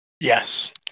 Yes